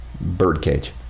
Birdcage